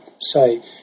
say